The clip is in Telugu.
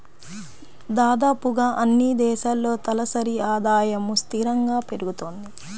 దాదాపుగా అన్నీ దేశాల్లో తలసరి ఆదాయము స్థిరంగా పెరుగుతుంది